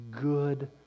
good